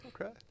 Okay